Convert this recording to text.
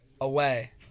away